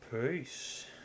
peace